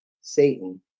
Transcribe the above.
Satan